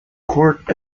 court